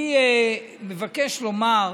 אני מבקש לומר,